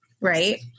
right